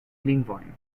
lingvojn